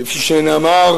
כפי שנאמר